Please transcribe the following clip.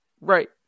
right